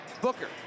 Booker